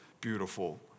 beautiful